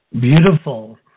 Beautiful